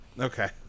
Okay